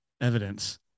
evidence